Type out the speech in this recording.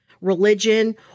religion